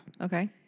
okay